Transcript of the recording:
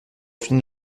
finir